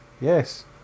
yes